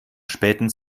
späten